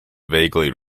vaguely